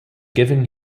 given